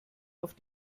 auf